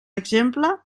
exemple